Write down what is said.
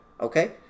Okay